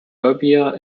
serbia